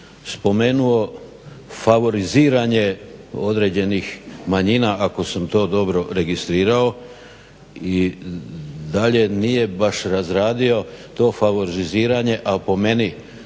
spomenuo favoriziranje određenih manjina, ako sam to dobro registrirao i dalje nije baš razradio to favoriziranje a po meni